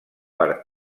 per